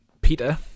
Peter